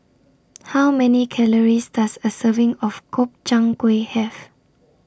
How Many Calories Does A Serving of Gobchang Gui Have